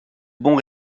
bons